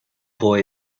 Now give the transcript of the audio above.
boy